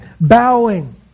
bowing